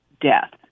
death